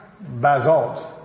basalt